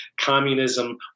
communism